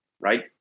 Right